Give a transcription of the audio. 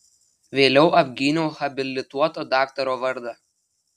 vėliau apgyniau habilituoto daktaro vardą